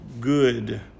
good